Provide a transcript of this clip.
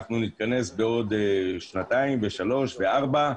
אנחנו נתכנס בעוד שנתיים ושלוש וארבע,